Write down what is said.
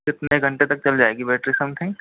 कितने घंटे तक चल जाएगी बैटरी समथिंग